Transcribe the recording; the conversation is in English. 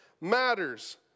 matters